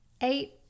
eight